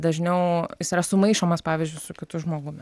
dažniau jis yra sumaišomas pavyzdžiui su kitu žmogumi